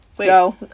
Go